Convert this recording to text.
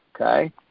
okay